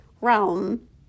realm